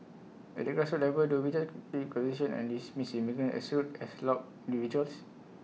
at the grassroots level do we judge and dismiss immigrants as rude as loud individuals